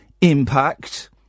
impact